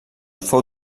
fou